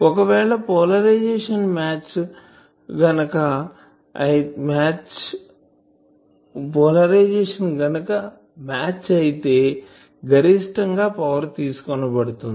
ఒకవేళ పోలరైజేషన్ గనుక మ్యాచ్ అయితే గరిష్టం గా పవర్ తీసుకొనబడుతుంది